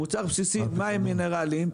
מוצר בסיס מים מינרלים,